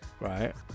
Right